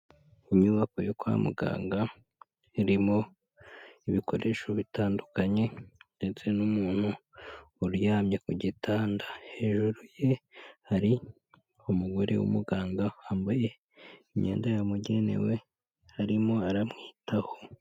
Inyubako yo kwa muganga, irimo ibikoresho bitandukanye ndetse n'umuntu uryamye ku gitanda, hejuru ye hari umugore w'umuganga wambaye imyenda yamugenewe arimo aramwitaho.